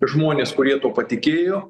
žmonės kurie tuo patikėjo